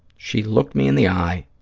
she looked me in the eye,